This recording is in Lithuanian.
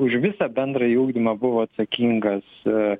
už visą bendrąjį ugdymą buvo atsakingas a